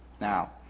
now